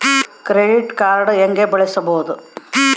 Credit card ಹೆಂಗ ಬಳಸೋದು?